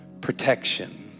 protection